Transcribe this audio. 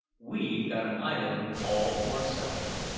we've got an island all to ourselves.